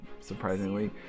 surprisingly